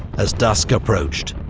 as dusk approached,